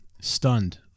stunned